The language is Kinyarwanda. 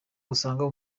usanga